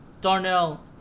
Darnell